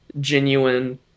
genuine